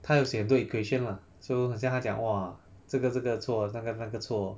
他就写对 equation lah so 很像他讲 !wah! 这个这个错那个那个错